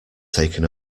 taken